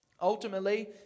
Ultimately